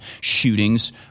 shootings